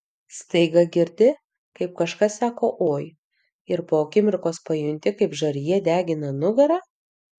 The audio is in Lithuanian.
staiga girdi kaip kažkas sako oi ir po akimirkos pajunti kaip žarija degina nugarą